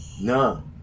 No